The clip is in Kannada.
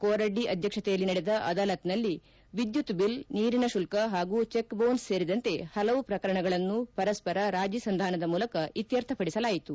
ಕೋರಡ್ಡಿ ಅಧ್ವಕ್ಷತೆಯಲ್ಲಿ ನಡೆದ ಆದಾಲತ್ನಲ್ಲಿ ವಿದ್ಯುತ್ ಬಿಲ್ ನೀರಿನ ಶುಲ್ಕ ಪಾಗೂ ಚೆಕ್ ಬೌನ್ಸ್ ಸೇರಿದಂತೆ ಪಲವು ಪ್ರಕರಣಗಳನ್ನು ಪರಸ್ಪರ ರಾಜೀ ಸಂಧಾನದ ಮೂಲಕ ಇತ್ಯರ್ಥಪಡಿಸಲಾಯಿತು